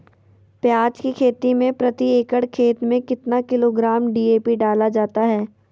प्याज की खेती में प्रति एकड़ खेत में कितना किलोग्राम डी.ए.पी डाला जाता है?